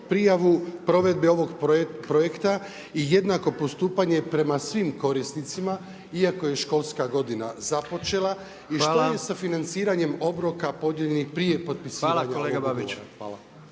prijavu ovog projekta i jednako postupanje prema svim korisnicima iako je školska godina započela i što je sa financiranjem obroka podijeljenih prije potpisivanja ovog ugovora?